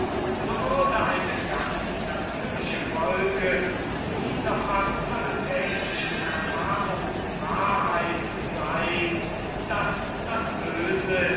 so würde eine ganz natürliche folge dieser fast alltäglichen erfahrungs wahrheit sein daß das böse